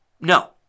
no